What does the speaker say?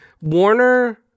Warner